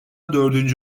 dördüncü